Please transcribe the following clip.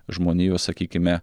žmonijos sakykime